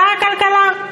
שר הכלכלה.